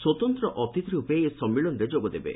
ସ୍ୱତନ୍ତ୍ର ଅତିଥି ରୂପେ ଏହି ସମ୍ମିଳନୀରେ ଯୋଗ ଦେବେ